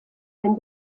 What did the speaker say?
ein